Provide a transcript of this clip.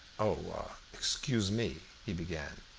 oh excuse me, he began,